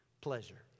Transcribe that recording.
pleasure